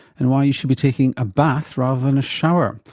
and why you should be taking a bath rather than a shower.